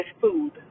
food